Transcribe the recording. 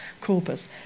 Corpus